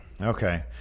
Okay